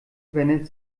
wendet